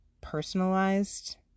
personalized